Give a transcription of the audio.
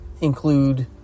include